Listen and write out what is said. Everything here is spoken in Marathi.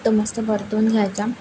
तो मस्त परतून घ्यायचा